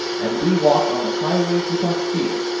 and we walk on the highways without fear,